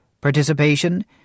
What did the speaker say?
Participation